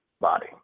body